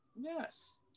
Yes